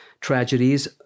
tragedies